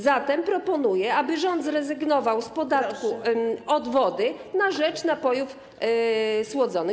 Zatem proponuję, aby rząd zrezygnował z podatku od wody na rzecz napojów słodzonych.